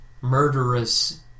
murderous